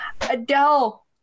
Adele